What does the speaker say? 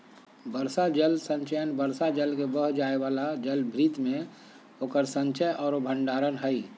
वर्षा जल संचयन वर्षा जल के बह जाय वाला जलभृत में उकर संचय औरो भंडारण हइ